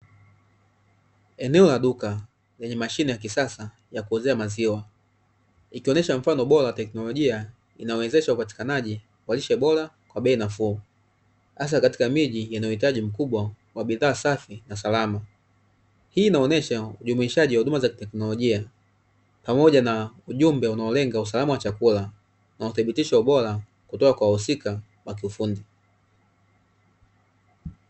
Eneo la duka lenye mashine ya kisasa ya kuuzia maziwa ikionyesha mfano bora wa teknolojia inayo wezesha upatikanaji wa lishe bora kwa bei nafuu, hasa katika miji yenye uhitaji mkubwa wa bidhaa safi na salama, hii inaonyesha ujumuishaji wa huduma za kiteknolojia pamoja na ujumbe unaolenga usalama wa chakula na uthibitisho bora kutoka kwa wahusika wa kiufundi.